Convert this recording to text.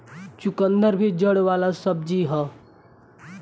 चुकंदर भी जड़ वाला सब्जी हअ